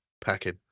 packing